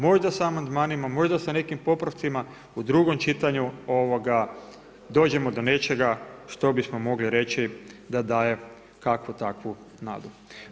Možda sa amandmanima, možda sa nekim popravcima, u drugom čitanju, dođemo do nečega što bismo mogli reći, da daje kakvu takvu nadu.